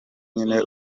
nyine